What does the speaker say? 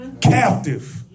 captive